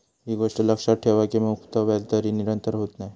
ही गोष्ट लक्षात ठेवा की मुक्त व्याजदर ही निरंतर होत नाय